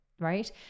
right